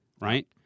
right